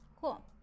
cool